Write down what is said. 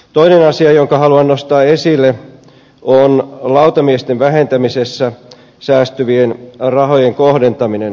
toinen asia jonka haluan nostaa esille on lautamiesten vähentämisessä säästyvien rahojen kohdentaminen